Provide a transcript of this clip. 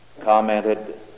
commented